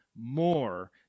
more